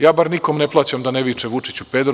Ja bar nikome ne plaćam da ne viče: „Vučiću, pederu!